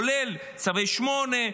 כולל צווי 8,